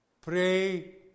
Pray